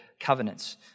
Covenants